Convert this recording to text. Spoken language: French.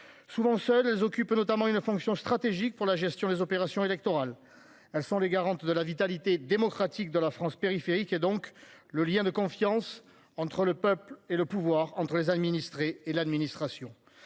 Souvent seules, elles occupent notamment une fonction stratégique pour la gestion des opérations électorales. Elles sont les garantes de la vitalité démocratique de la France périphérique et donc le lien de confiance entre le peuple et le pouvoir entre les administrés et l'administration.